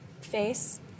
face